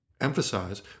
emphasize